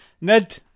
Ned